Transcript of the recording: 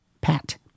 Pat